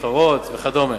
סחורות וכדומה.